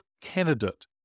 candidate